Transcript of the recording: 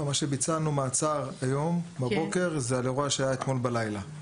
ביצענו היום בבוקר מעצר על אירוע שהיה אתמול בלילה.